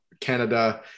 Canada